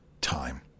Time